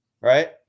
Right